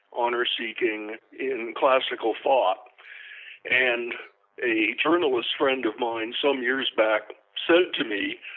honor-seeking in classical thought and a journalist friend of mine some years back said to me,